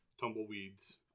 Tumbleweeds